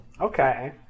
Okay